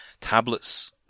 tablets